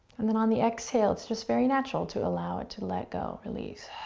and then on the exhale, it's just very natural to allow it to let go, release.